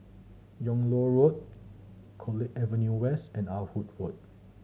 Yung Loh Road College Avenue West and Ah Hood Road